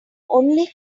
only